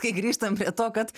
kai grįžtam prie to kad